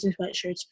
sweatshirts